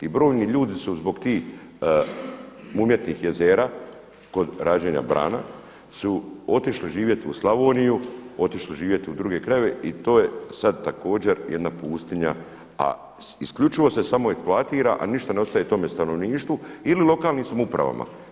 I brojni ljudi su zbog tih umjetnih jezera kod rađenja brana su otišli živjeti u Slavoniju otišli živjeti u druge krajeve i to je sada također jedna pustinja, a isključivo se samo eksploatira, a ništa ne ostaje tome stanovništvu ili lokalnim samoupravama.